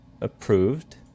approved